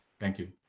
thank you.